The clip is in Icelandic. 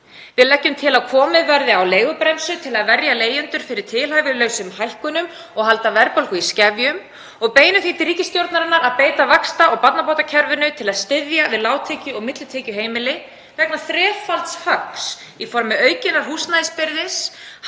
Við leggjum til að komið verði á leigubremsu til að verja leigjendur fyrir tilhæfulausum hækkunum og halda verðbólgu í skefjum og beinum því til ríkisstjórnarinnar að beita vaxta- og barnabótakerfinu til að styðja við lágtekju- og millitekjuheimili vegna þrefalds höggs í formi aukinnar húsnæðisbyrði,